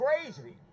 crazy